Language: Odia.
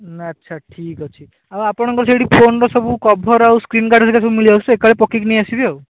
ନା ଆଚ୍ଛା ଠିକ୍ ଅଛି ଆଉ ଆପଣଙ୍କ ସେଇଠି ଫୋନର ସବୁ କଭର୍ ଆଉ ସ୍କ୍ରିନ୍ ଗାର୍ଡ଼ ହେରେକା ସବୁ ମିଲିଯାଉଛି ତ ଏକାଳେ ପକାଇକି ନେଇ ଆସିବି ଆଉ